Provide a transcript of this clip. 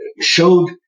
showed